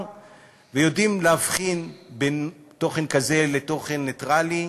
ויודעים להבחין בין תוכן כזה לתוכן נייטרלי.